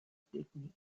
technique